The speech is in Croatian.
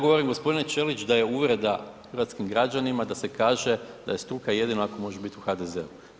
Ja govorim gospodine Ćelić da je uvreda hrvatskim građanima da se kaže, da je struka jedino ako možeš biti u HDZ-u.